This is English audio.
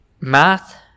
Math